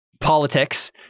politics